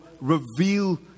reveal